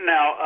Now